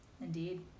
Indeed